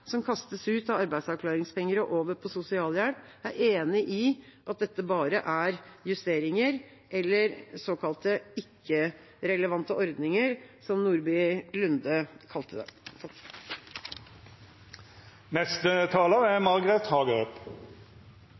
som kastes ut av arbeidsavklaringspenger og over på sosialhjelp, er enig i at dette bare er justeringer eller såkalte ikke-relevante ordninger, som Nordby Lunde kalte det.